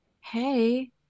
hey